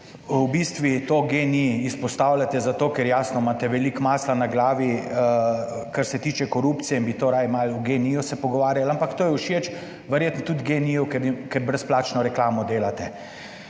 v bistvu to GEN-I izpostavljate, zato ker jasno, imate veliko masla na glavi, kar se tiče korupcije in bi to raje malo o GEN-i se pogovarjali, ampak to je všeč verjetno tudi GEN-I, ker ni, ker brezplačno reklamo delate,